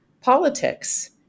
politics